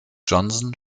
johnson